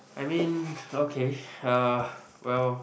I mean okay uh well